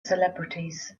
celebrities